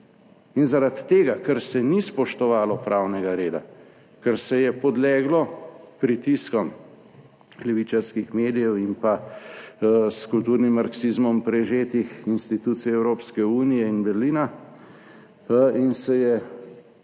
In zaradi tega, ker se ni spoštovalo pravnega reda, ker se je podleglo pritiskom levičarskih medijev in pa s kulturnim marksizmom prežetih institucij Evropske unije in Berlina in se je